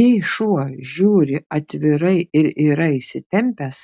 jei šuo žiūri atvirai ir yra įsitempęs